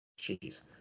Jeez